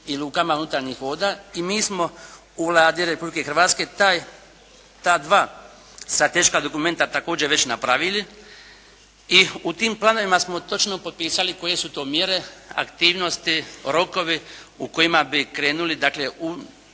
i lukama unutarnjih voda. I mi smo u Vladi Republike Hrvatske ta dva strateška dokumenta također već napravili i u tim planovima smo točno potpisali koje su to mjere, aktivnosti, rokovi u kojima bi krenuli dakle,